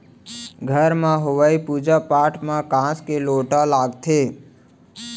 घर म होवइया पूजा पाठ म कांस के लोटा लागथे